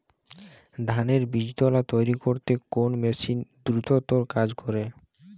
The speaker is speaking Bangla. ধানের বীজতলা তৈরি করতে কোন মেশিন দ্রুততর কাজ করে?